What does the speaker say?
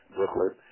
Brooklyn